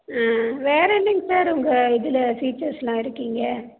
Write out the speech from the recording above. வேறு என்னங்க சார் உங்கள் இதில் ஃபியுச்சர்ஸ் எல்லாம் இருக்கிங்க